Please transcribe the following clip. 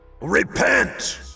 REPENT